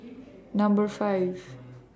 Number five